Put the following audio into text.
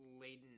laden